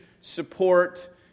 support